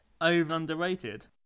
over-underrated